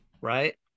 Right